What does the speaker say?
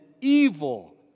evil